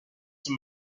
him